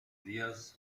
diaz